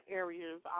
areas